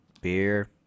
beer